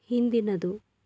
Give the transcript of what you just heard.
ಹಿಂದಿನದು